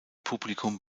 publikum